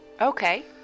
Okay